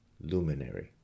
luminary